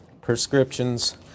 prescriptions